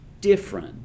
different